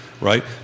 right